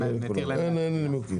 אין נימוקים.